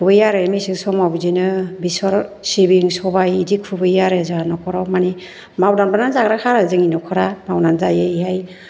खुबैयो आरो मेसें समाव बिदिनो बेसर सिबिं सबाइ बिदि खुबैयो आरो जोंहा नखराव माने मावदामलानानै जाग्राखा आरो जोंनि नखरा मावनानै जायोहाय